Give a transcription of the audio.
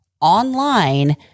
online